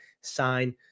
sign